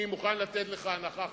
אני מוכן לתת לך הנחה,